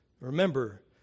Remember